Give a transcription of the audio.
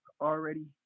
already